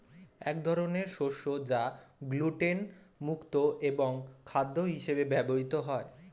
এক ধরনের শস্য যা গ্লুটেন মুক্ত এবং খাদ্য হিসেবে ব্যবহৃত হয়